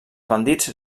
bandits